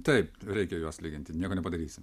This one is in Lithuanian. taip reikia juos lyginti nieko nepadarysi